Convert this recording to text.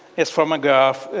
is from a girl